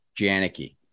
Janicki